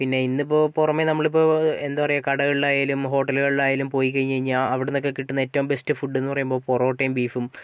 പിന്നെ ഇന്നിപ്പോൾ പുറമെ നമ്മളിപ്പോൾ എന്ത് പറയാ കടകളിൽ ആയാലും ഹോട്ടലുകളിൽ ആയാലും പോയി കഴിഞ്ഞു കഴിഞ്ഞാൽ അവിടെന്ന് ഒക്കെ കിട്ടുന്ന ഏറ്റവും ബെസ്ററ് ഫുഡ് എന്ന് പറയുമ്പോൾ പൊറോട്ടയും ബീഫും